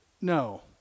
No